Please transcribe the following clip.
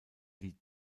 die